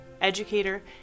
educator